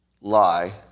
lie